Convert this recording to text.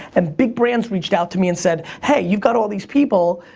and big-brands reached out to me and said, hey, you've got all these people.